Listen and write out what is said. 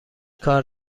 کار